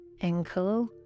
ankle